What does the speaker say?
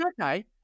okay